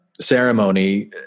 ceremony